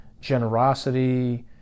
generosity